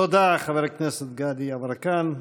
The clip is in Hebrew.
תודה לחבר הכנסת גדי יברקן.